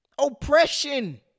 Oppression